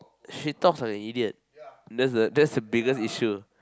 she talks like a idiot that's the that's the biggest issue